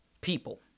people